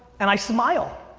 and i smile.